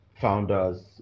founders